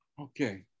Okay